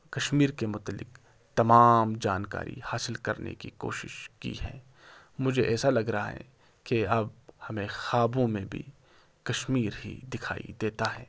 کشمیر کے متعلق تمام جانکاری حاصل کرنے کی کوشش کی ہے مجھے ایسا لگ رہا ہے کہ اب ہمیں خوابوں میں بھی کشمیر ہی دکھائی دیتا ہے